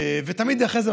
ותמיד אחרי זה,